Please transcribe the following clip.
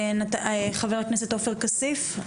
חבר הכנסת עופר כסיף.